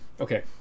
Okay